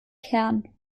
kern